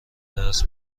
درس